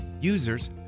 Users